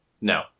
no